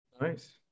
nice